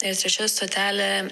ir trečia stotelė